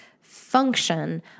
function